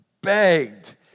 begged